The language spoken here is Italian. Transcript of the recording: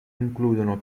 includono